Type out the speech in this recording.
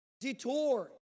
detour